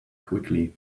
quickly